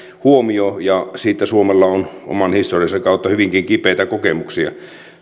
huomio ja siitä suomella on oman historiansa kautta hyvinkin kipeitä kokemuksia